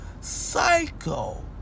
Psycho